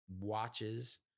watches